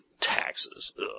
Taxes